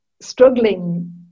struggling